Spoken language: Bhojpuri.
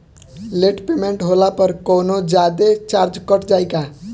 लेट पेमेंट होला पर कौनोजादे चार्ज कट जायी का?